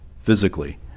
physically